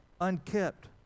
Unkept